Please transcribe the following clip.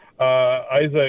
Isaac